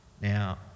Now